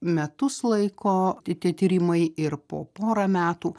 metus laiko kiti tyrimai ir po pora metų